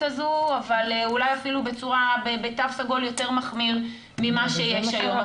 הזו ואולי אפילו בתו סגול יותר מחמיר ממה שיש היום,